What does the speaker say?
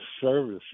service